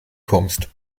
kommst